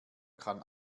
kann